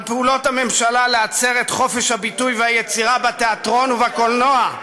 על פעולות הממשלה להצר את חופש הביטוי והיצירה בתיאטרון ובקולנוע,